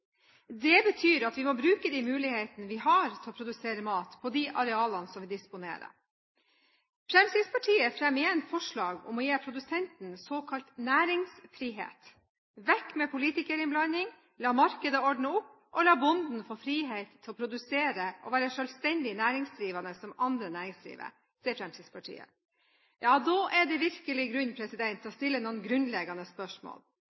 Det betyr at vi må bruke de mulighetene vi har, til å produsere mat på de arealene vi disponerer. Fremskrittspartiet fremmer igjen forslag om å gi produsenten såkalt næringsfrihet. Vekk med politikerinnblanding, la markedet ordne opp, og la bonden få frihet til å produsere og være selvstendig næringsdrivende som andre næringsdrivende, sier Fremskrittspartiet. Ja, da er det virkelig grunn til å stille noen grunnleggende spørsmål.